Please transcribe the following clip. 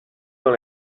dans